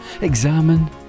examine